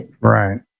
Right